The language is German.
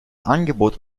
angebot